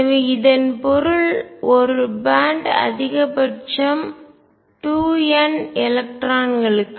எனவே இதன் பொருள் ஒரு பேன்ட் பட்டை அதிகபட்சம் 2 n எலக்ட்ரான்களுக்கு இடமளிக்கும்